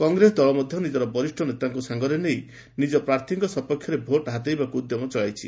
କଂଗ୍ରେସ ଦଳ ମଧ ନିଜର ବରିଷ୍ ନେତାଙ୍କୁ ସାଙ୍ଗରେ ନେଇ ନିକ ପ୍ରାର୍ଥୀଙ୍କ ସପକ୍ଷରେ ଭୋଟ୍ ହାତେଇବାକୁ ଉଦ୍ୟମ ଚଳାଇଛି